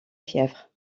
fièvre